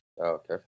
Okay